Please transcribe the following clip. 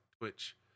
Twitch